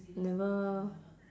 never